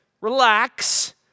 relax